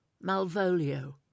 Malvolio